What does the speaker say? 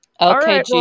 Okay